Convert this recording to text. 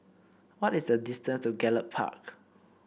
what is the distance to Gallop Park